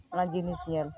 ᱚᱱᱟ ᱡᱤᱱᱤᱥ ᱧᱮᱞ